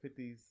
50s